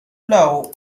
law